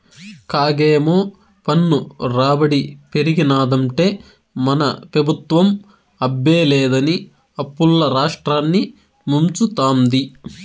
కాగేమో పన్ను రాబడి పెరిగినాదంటే మన పెబుత్వం అబ్బే లేదని అప్పుల్ల రాష్ట్రాన్ని ముంచతాంది